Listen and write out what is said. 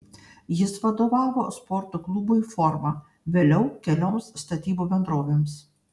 jis vadovavo sporto klubui forma vėliau kelioms statybų bendrovėms